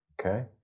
okay